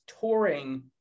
touring